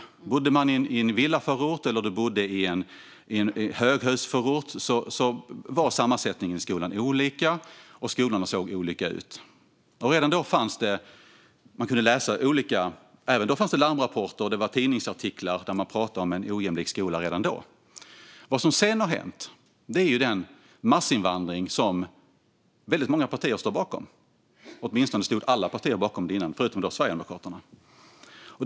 Sammansättningen i skolan var olika beroende på om man bodde i en villaförort eller en höghusförort, och skolorna såg olika ut. Redan då förekom det larmrapporter och tidningsartiklar där man pratade om en ojämlik skola. Vad som sedan har hänt är den massinvandring som väldigt många partier står bakom. Åtminstone stod alla partier bakom den tidigare, förutom Sverigedemokraterna.